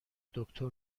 دکتر